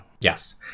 Yes